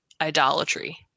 idolatry